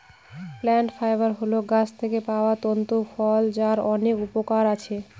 plant fibre হল গাছ থেকে পাওয়া তন্তু ফল যার অনেক উপকরণ আছে